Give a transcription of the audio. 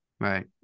Right